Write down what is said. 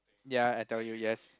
ya I tell you yes